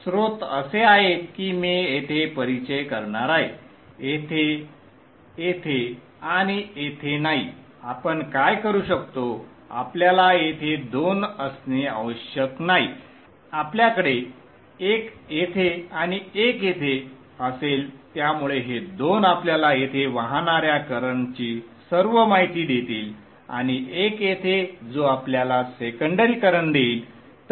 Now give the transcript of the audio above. स्रोत असे आहेत की मी येथे परिचय करणार आहे येथे येथे आणि येथे नाही आपण काय करू शकतो आपल्याला येथे दोन असणे आवश्यक नाही आपल्याकडे एक येथे आणि एक येथे असेल त्यामुळे हे दोन आपल्याला येथे वाहणाऱ्या करंटची सर्व माहिती देतील आणि एक येथे जो आपल्याला सेकंडरी करंट देईल